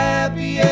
Happy